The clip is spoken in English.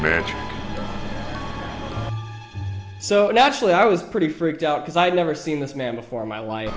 marriage so naturally i was pretty freaked out because i'd never seen this man before in my life